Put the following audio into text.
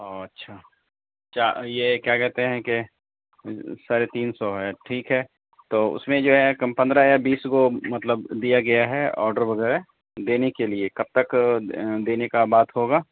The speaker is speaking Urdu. او اچھا کیا یہ کیا کہتے ہیں کہ ساڑھے تین سو ہے ٹھیک ہے تو اس میں جو ہے کم پندرہ یا بیس گو مطلب دیا گیا ہے آڈر وغیرہ دینے کے لیے کب تک دینے کا بات ہوگا